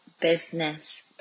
business